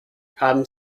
haben